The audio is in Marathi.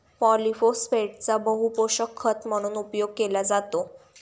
पॉलिफोस्फेटचा बहुपोषक खत म्हणून उपयोग केला जातो